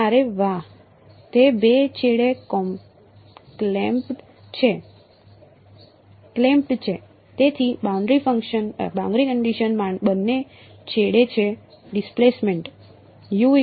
અરે વાહ તે બે છેડે ક્લેમ્પ્ડ છે તેથી બાઉન્ડરી કંડિશન બંને છેડે છે ડિસપ્લેસમેન્ટ ok